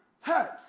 hurt